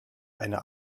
eine